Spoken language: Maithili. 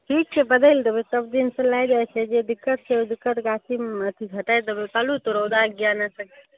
ठीक छै बदैल देबै सबदिन से लए जाइ छै जे दिक्कत छै ओ दिक्कत गाछमे अथी हटाय देबै कहलहुॅं तऽ रौदाके ज्ञाने सँ